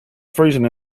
freezing